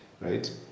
right